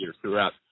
throughout